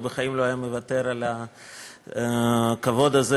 הוא בחיים לא היה מוותר על הכבוד הזה,